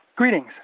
Greetings